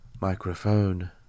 microphone